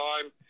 time